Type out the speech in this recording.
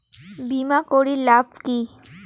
বিমা করির লাভ কি?